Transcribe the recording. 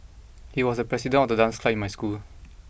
he was the president of the dance club in my school